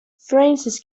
francis